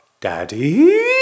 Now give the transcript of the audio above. daddy